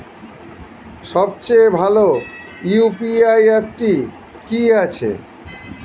সবচেয়ে ভালো ইউ.পি.আই অ্যাপটি কি আছে?